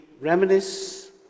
reminisce